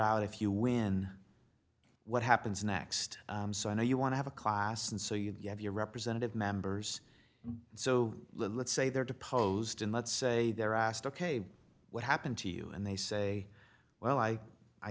out if you win what happens next so i know you want to have a class and so you have your representative members so let's say there deposed and let's say they're asked ok what happened to you and they say well i i